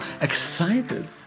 excited